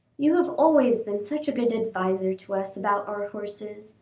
you have always been such a good adviser to us about our horses,